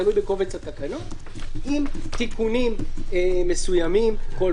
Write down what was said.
תלוי בקובץ התקנות עם תיקונים מסוימים בכל